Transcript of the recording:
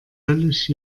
höllisch